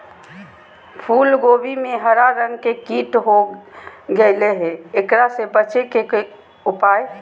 फूल कोबी में हरा रंग के कीट हो गेलै हैं, एकरा से बचे के उपाय?